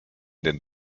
den